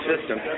system